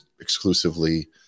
exclusively